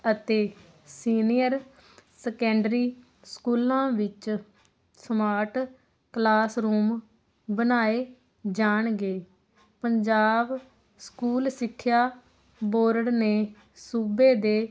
ਅਤੇ senior secondary ਸਕੂਲਾਂ ਵਿੱਚ ਸਮਾਰਟ ਕਲਾਸਰੂਮ ਬਣਾਏ ਜਾਣਗੇ ਪੰਜਾਬ ਸਕੂਲ ਸਿੱਖਿਆ ਬੋਰਡ ਨੇ ਸੂਬੇ ਦੇ